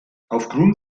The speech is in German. aufgrund